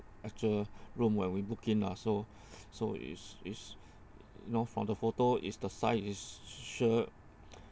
actual room when we booking lah so so is is you know from the photo is the size is sure